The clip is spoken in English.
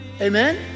Amen